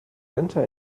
enter